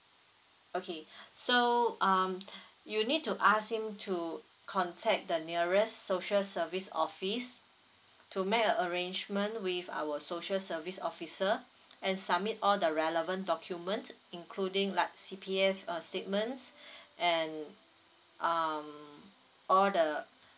okay so um you need to ask him to contact the nearest social service office to make a arrangement with our social service officer and submit all the relevant document including like C_P_F uh statements and um all the